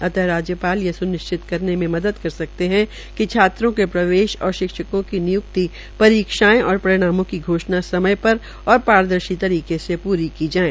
अत राज्यपाल यह स्निश्चित करने में मदद कर सकते है कि छात्रों के प्रवेश और शिक्षकों की निय्क्तयों परीक्षायें और परिणाम घोषणा समय पर और पारदर्शी तरीके मे पूरी की जाये